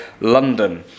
london